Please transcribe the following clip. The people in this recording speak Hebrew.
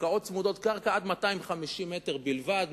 וקרקעות צמודות קרקע עד 250 מטר בלבד,